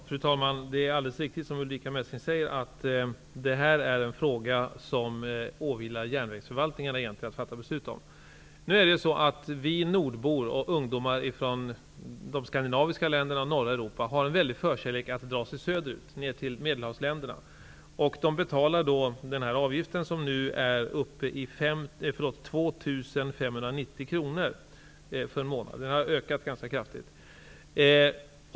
Fru talman! Det är, som Ulrica Messing säger, alldeles riktigt att det här är en fråga som det åvilar järnvägsförvaltningarna att fatta beslut om. Ungdomar från de skandinaviska länderna och norra Europa har en väldig förkärlek för att dra sig söderut, ner till Medelhavsländerna. De betalar då den avgift som nu är uppe i 2 590 kr -- den har ökat ganska kraftigt.